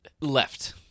left